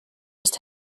just